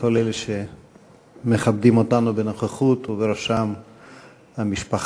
לכל אלה שמכבדים אותנו בנוכחות ובראשם המשפחה,